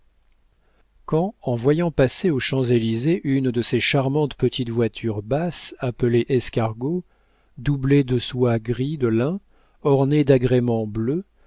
quand en voyant passer aux champs-élysées une de ces charmantes petites voitures basses appelées escargots doublée de soie gris de lin ornée d'agréments bleus